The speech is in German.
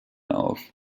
auf